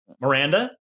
Miranda